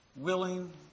willing